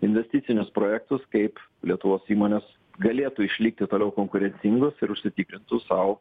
investicinius projektus kaip lietuvos įmonės galėtų išlikti toliau konkurencingos ir užsitikrintų sau